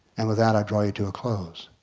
and with that i draw to a close.